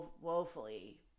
woefully